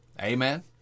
Amen